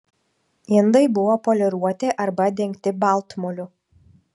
indai buvo poliruoti arba dengti baltmoliu